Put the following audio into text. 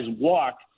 walk